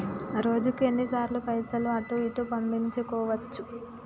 రోజుకు ఎన్ని సార్లు పైసలు అటూ ఇటూ పంపించుకోవచ్చు?